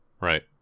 Right